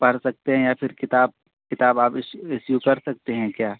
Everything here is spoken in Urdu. پرھ سکتے ہیں یا پھر کتاب کتاب کر سکتے ہیں کیا